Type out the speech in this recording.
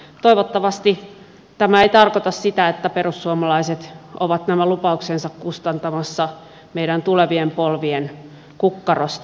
toivottavasti tämä ei tarkoita sitä että perussuomalaiset ovat nämä lupauksensa kustantamassa meidän tulevien polvien kukkarosta